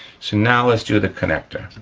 so now, let's do the connector.